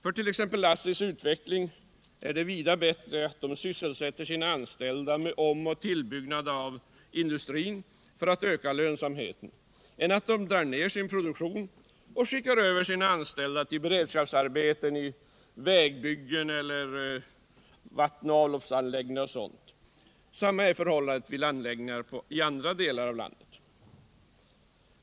För t.ex. ASSI:s utveckling är det vida bättre att företaget sysselsätter sina anställda med omoch tillbyggnad av industrin för att öka lönsamheten än att det drar ner sin produktion och skickar över sina anställda till beredskapsarbeten i vägbyggen, vattenoch avloppsanläggningar eller liknande. Detsamma är förhållandet vid anläggningar i andra delar av landet.